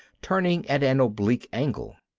turning at an oblique angle.